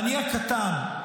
אני הקטן,